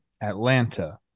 Atlanta